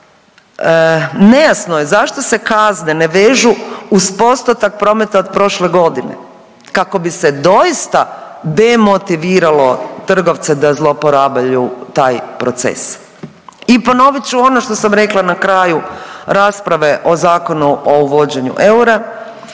Nejasno je zašto se kazne ne vežu uz postotak prometa od prošle godine kako bi se doista demotiviralo trgovce za zlouporabe taj proces. I ponovit ću ono što sam rekla na kraju rasprave o Zakonu o uvođenju eura.